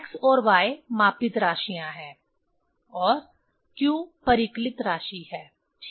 x और y मापित राशियां हैं और q परिकलित राशि है ठीक